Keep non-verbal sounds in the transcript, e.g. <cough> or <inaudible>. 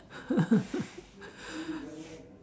<laughs>